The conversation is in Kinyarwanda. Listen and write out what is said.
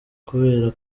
kubera